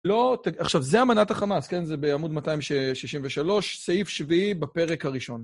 לא, עכשיו, זה אמנת החמאס, כן? זה בעמוד 263, סעיף שביעי בפרק הראשון.